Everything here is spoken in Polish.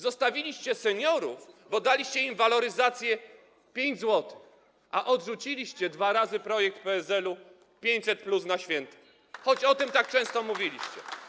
Zostawiliście seniorów, bo daliście im waloryzację 5 zł, a odrzuciliście dwa razy projekt PSL 500+ na święta, choć o tym tak często mówiliście.